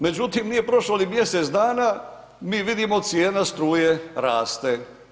Međutim, nije prošlo ni mjesec dana, mi vidimo cijene struje raste.